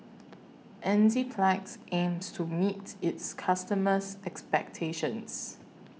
Enzyplex aims to meet its customers' expectations